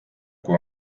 kui